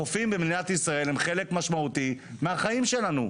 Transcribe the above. החופים במדינת ישראל הם חלק משמעותי מהחיים שלנו,